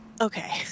Okay